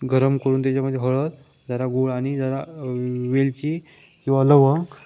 गरम करून त्याच्यामध्ये हळद जरा गूळ आणि जरा वेलची किंवा लवंग